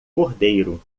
cordeiro